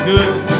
Good